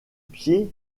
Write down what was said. pieds